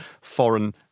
foreign